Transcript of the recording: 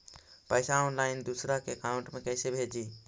पैसा ऑनलाइन दूसरा के अकाउंट में कैसे भेजी?